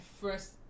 first